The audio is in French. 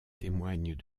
témoignent